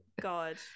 God